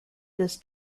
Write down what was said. this